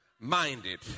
Minded